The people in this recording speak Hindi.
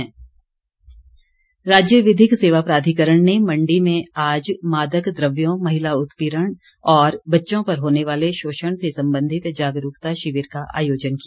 शिविर राज्य विधिक सेवा प्राधिकरण ने मण्डी में आज मादक द्रव्यों महिला उत्पीड़न और बच्चों पर होने वाले शोषण से संबंधित जागरूकता शिविर का आयोजन किया